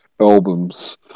albums